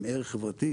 עם ערך חברתי,